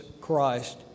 Christ